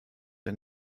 ein